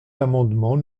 l’amendement